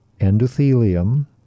endothelium